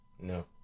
No